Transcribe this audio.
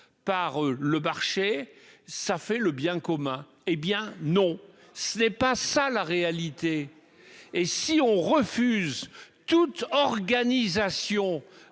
par le marché fait le bien commun. Non, ce n'est pas la réalité ! Et si l'on refuse toute organisation